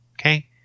Okay